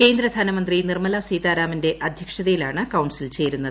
കേന്ദ്ര ധനമന്ത്രി നിർമ്മല സീതാരാമന്റെ അദ്ധ്യക്ഷതയിലാണ് കൌൺസിൽ ചേരുന്നത്